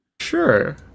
Sure